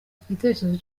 igitekerezo